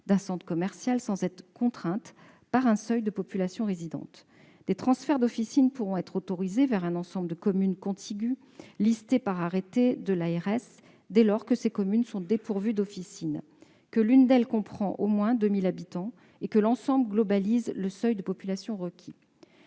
d'un centre commercial, sans être contraints par un seuil de population résidente. Des transferts d'officines pourront être autorisés vers un ensemble de communes contiguës listées par arrêté de l'ARS, dès lors que ces communes sont dépourvues d'officine, que l'une d'elles comprend au moins 2 000 habitants et que l'ensemble atteint le seuil de population global